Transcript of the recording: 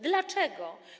Dlaczego?